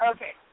Okay